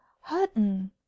hutton